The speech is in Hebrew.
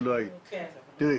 שלא היית נוכחת בו.